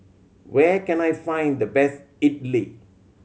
where can I find the best Idili